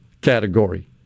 category